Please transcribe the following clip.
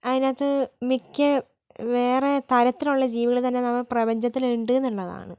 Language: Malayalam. അതിനകത്ത് മിക്ക വേറെ തരത്തിലുള്ള ജീവികൾ തന്നെ നമ്മുടെ പ്രപഞ്ചത്തിലുണ്ട് എന്നുള്ളതാണ്